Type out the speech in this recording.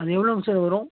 அது எவ்வளோங்க சார் வரும்